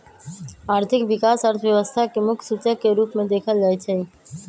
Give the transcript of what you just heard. आर्थिक विकास अर्थव्यवस्था के मुख्य सूचक के रूप में देखल जाइ छइ